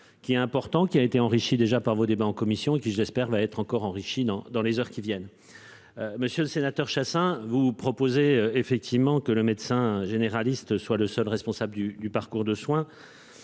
Qui est important qui a été enrichi déjà par vos débats en commission qui j'espère va être encore enrichie dans dans les heures qui viennent. Monsieur le sénateur Chassaing vous proposez effectivement que le médecin généraliste soit le seul responsable du, du parcours de soin.